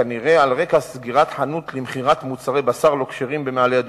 כנראה על רקע סגירת חנות למכירת מוצרי בשר לא-כשרים בעיר,